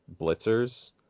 blitzers